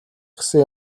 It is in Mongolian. гэсэн